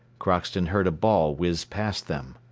crockston heard a ball whiz past them.